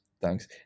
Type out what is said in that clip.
Thanks